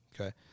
Okay